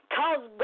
cause